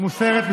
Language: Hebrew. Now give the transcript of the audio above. מושכת.